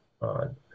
on